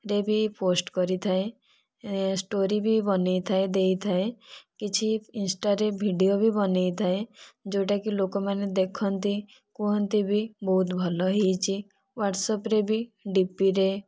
ରେ ବି ପୋଷ୍ଟ୍ କରିଥାଏ ଷ୍ଟୋରୀ ବି ବନେଇଥାଏ ଦେଇଥାଏ କିଛି ଇନ୍ଷ୍ଟାରେ ଭିଡିଓ ବି ବନେଇଥାଏ ଯେଉଁଟାକି ଲୋକମାନେ ଦେଖନ୍ତି କୁହନ୍ତି ବି ବହୁତ ଭଲ ହୋଇଛି ହ୍ଵାଟ୍ସ୍ଆପ୍ରେ ବି ଡିପିରେ